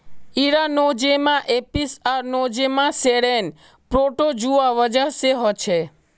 इरा Nosema apis or Nosema ceranae protozoa वजह से होछे